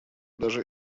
даже